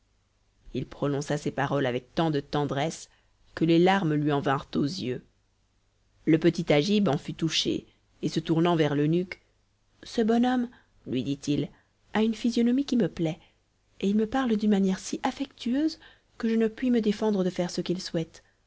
il prononça ces paroles avec tant de tendresse que les larmes lui en vinrent aux yeux le petit agib en fut touché et se tournant vers l'eunuque ce bon homme lui dit-il a une physionomie qui me plaît et il me parle d'une manière si affectueuse que je ne puis me défendre de faire ce qu'il souhaite